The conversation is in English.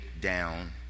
down